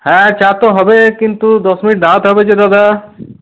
হ্যাঁ চা তো হবে কিন্তু দশ মিনিট দাঁড়াতে হবে যে দাদা